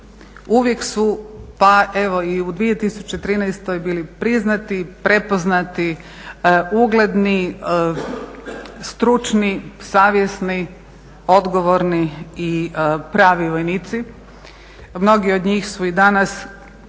Uvijek su, pa i u 2013. bili priznati, prepoznati, ugledni, stručni, savjesni, odgovorni i pravi vojnici. Mnogi od njih su i danas hrvatski